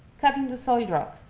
cutting the solid rock.